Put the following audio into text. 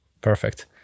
Perfect